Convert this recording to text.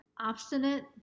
obstinate